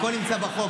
הכול נמצא בחוק.